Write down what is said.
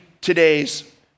today's